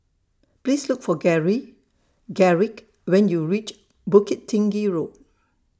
Please Look For Gary Garrick when YOU REACH Bukit Tinggi Road